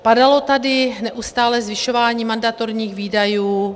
Padalo tady neustále zvyšování mandatorních výdajů.